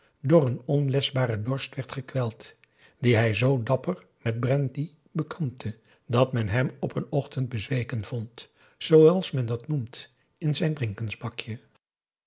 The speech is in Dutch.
door een onleschbaren dorst werd gekweld dien hij zoo dapper met b r a n d y bekampte dat men hem op een ochtend bezweken vond zooals men dat noemt in zijn